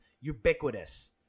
ubiquitous